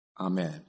Amen